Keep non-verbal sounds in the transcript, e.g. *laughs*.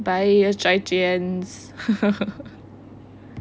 bye 再见 *laughs*